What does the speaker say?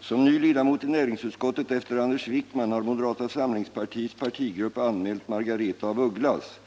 Som ny ledamot i näringsutskottet efter Anders Wijkman har moderata samlingspartiets partigrupp anmält Margaretha af Ugglas.